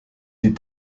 die